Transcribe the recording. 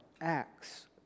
acts